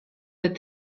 that